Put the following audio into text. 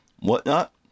whatnot